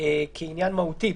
כעניין מהותי.